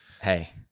Hey